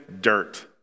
dirt